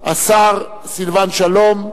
השר סילבן שלום,